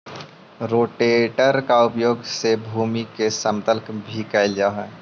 rotator के उपयोग से भूमि के समतल भी कैल जा हई